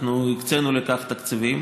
אנחנו הקצינו לכך תקציבים.